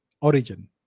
origin